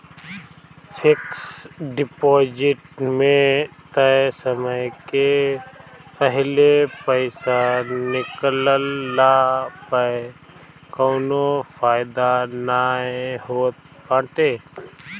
fix deposit में तय समय के पहिले पईसा निकलला पअ कवनो फायदा नाइ होत बाटे